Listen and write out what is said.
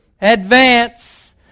Advance